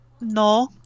No